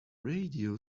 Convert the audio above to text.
radio